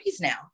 now